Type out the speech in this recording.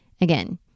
again